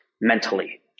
mentally